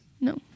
No